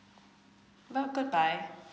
goodbye